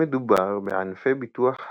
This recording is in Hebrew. המדובר בענפי ביטוח הרכוש,